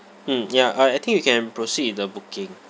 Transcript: hmm ya I I think you can proceed with the booking